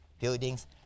buildings